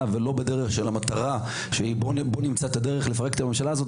ולא רק לנוע מתוך מוטיבציה לפרק את הממשלה הזאת,